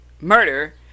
murder